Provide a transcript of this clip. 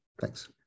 Thanks